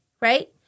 right